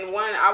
one